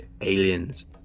aliens